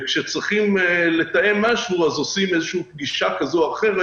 וכאשר צריכים לתאם משהו אז עושים פגישה כזו או אחרת.